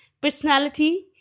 personality